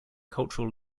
cultural